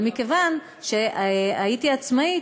אבל מכיוון שהייתי עצמאית,